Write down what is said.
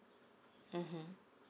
mmhmm